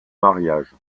mariage